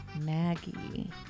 Maggie